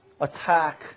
attack